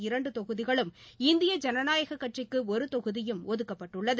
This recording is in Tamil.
இரண்டு தொகுதிகளும் இந்திய ஜனநாயக கட்சிக்கு ஒரு தொகுதியும் ஒதுக்கப்பட்டுள்ளது